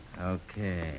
Okay